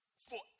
forever